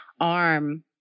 arm